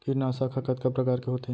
कीटनाशक ह कतका प्रकार के होथे?